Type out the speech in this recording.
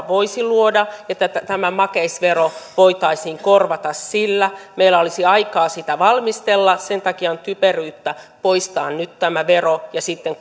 voisi luoda ja tämä makeisvero voitaisiin korvata sillä meillä olisi aikaa sitä valmistella sen takia on typeryyttä poistaa nyt tämä vero ja sitten